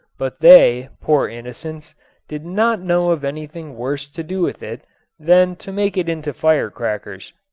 but they poor innocents did not know of anything worse to do with it than to make it into fire-crackers.